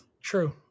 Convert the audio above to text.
True